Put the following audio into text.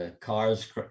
cars